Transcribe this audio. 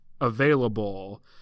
available